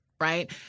right